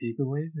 takeaways